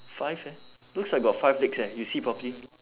five eh looks like got five legs eh you see properly